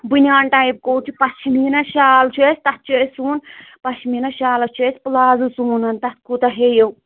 بٔنان type کوٹ چھُ پشمیٖنا شال چھُ اَسہِ تَتھ چھُ اَسہِ سُوُن پشمیٖنا شالس چھُ اَسہِ پُلازوٗ سُوُن تَتھ کوٗتاہ ہیٚیِو